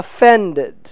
offended